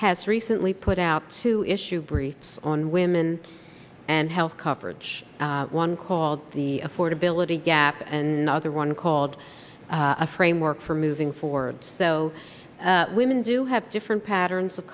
has recently put out two issue bre on women and health coverage one called the affordability gap and the other one called a framework for moving forward so women do have different patterns of